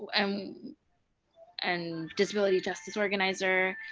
um and disability justice organizer.